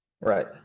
right